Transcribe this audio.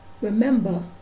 remember